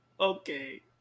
Okay